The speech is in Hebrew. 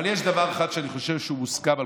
אבל יש דבר אחד שאני חושב שהוא מוסכם על